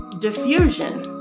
Diffusion